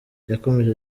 yakomeje